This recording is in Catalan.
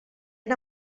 han